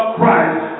Christ